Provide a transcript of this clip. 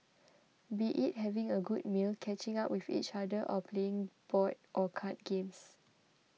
be it having a good meal catching up with each other or playing board or card games